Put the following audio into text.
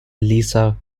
lisa